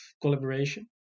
collaboration